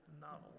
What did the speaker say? novel